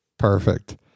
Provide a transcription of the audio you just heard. Perfect